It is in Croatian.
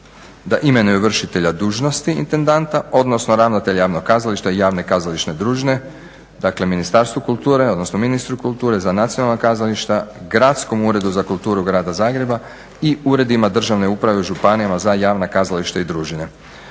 da imenuju vršitelja dužnosti intendanta, odnosno ravnatelja javnog kazališta i javne kazališne družine, dakle Ministarstvo kulture, odnosno ministru kulture za nacionalna kazališta, Gradskom uredu za kulturu Grada Zagreba i uredima državne uprave u županijama za javna kazališta i družine.